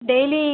daily